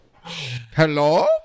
Hello